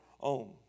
own